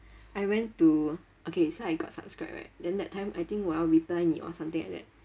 I went to okay so I got subscribe right then that time I think 我要 reply 你 or something like that